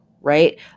right